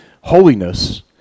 holiness